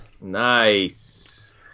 Nice